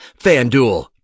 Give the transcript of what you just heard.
FanDuel